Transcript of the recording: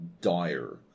dire